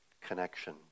connection